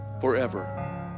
forever